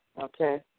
Okay